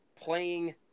playing